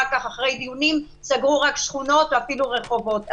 אחרי דיונים סגרו רק שכונות ואפילו רחובות.